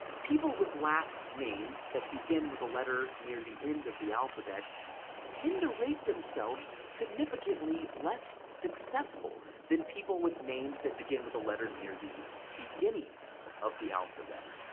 people with last names that begin with the letter near the end of the alphabet tend to rate themselves significantly less successful than people with names that begin with the letter near the beginning of the alphabet.